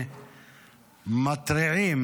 ומתריעים,